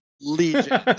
Legion